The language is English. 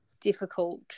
difficult